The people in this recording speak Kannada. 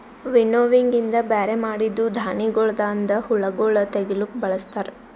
ವಿನ್ನೋವಿಂಗ್ ಇಂದ ಬ್ಯಾರೆ ಮಾಡಿದ್ದೂ ಧಾಣಿಗೊಳದಾಂದ ಹುಳಗೊಳ್ ತೆಗಿಲುಕ್ ಬಳಸ್ತಾರ್